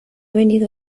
venido